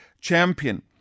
champion